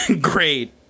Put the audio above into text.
Great